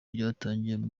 ryatangijwe